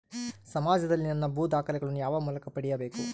ಸಮಾಜದಲ್ಲಿ ನನ್ನ ಭೂ ದಾಖಲೆಗಳನ್ನು ಯಾವ ಮೂಲಕ ಪಡೆಯಬೇಕು?